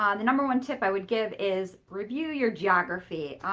um the number one tip i would give is review your geography.